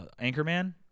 Anchorman